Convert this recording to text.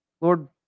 Lord